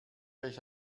euch